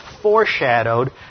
foreshadowed